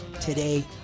today